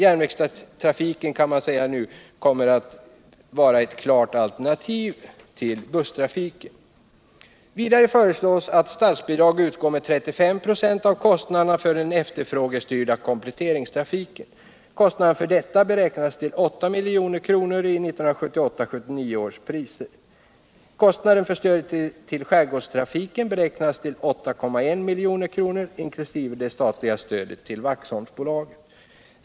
Järnvägstrafiken blir därmed ett klart alternativ till busstrafiken. Vidare föreslås att statsbidrag utgår med 35 26 av kostnaderna för den efterfrågestyrda kompletteringstrafiken. Kostnaden för detta beräknas till 8 milj.kr. i 1978/79 års priser. Kostnaden för stödet till skärgårdstrafiken beräknas till 8,1 milj.kr. inkl. det statliga stödet till Waxholmsbolaget.